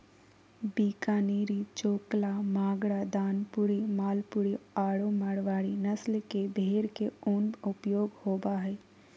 बीकानेरी, चोकला, मागरा, दानपुरी, मालपुरी आरो मारवाड़ी नस्ल के भेड़ के उन उपयोग होबा हइ